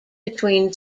between